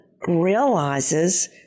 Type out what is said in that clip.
realizes